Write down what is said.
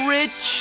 rich